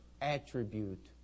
attribute